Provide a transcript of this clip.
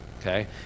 okay